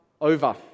over